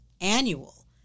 annual